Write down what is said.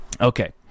Okay